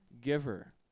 giver